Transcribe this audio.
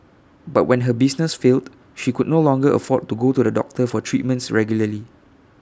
but when her business failed she could no longer afford to go to the doctor for treatments regularly